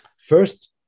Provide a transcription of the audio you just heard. First